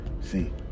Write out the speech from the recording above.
See